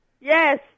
Yes